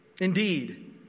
Indeed